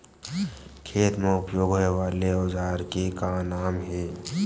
खेत मा उपयोग होए वाले औजार के का नाम हे?